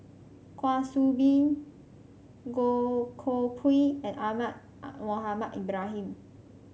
Kwa Soon Bee Goh Koh Pui and Ahmad Mohamed Ibrahim